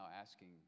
asking